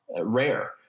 rare